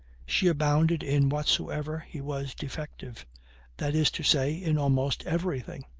she abounded in whatsoever he was defective that is to say, in almost everything.